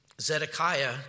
Zedekiah